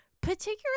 particularly